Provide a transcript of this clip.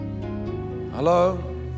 Hello